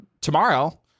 tomorrow